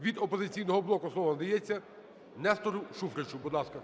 Від "Опозиційного блоку" слово надається Нестору Шуфричу. Будь ласка.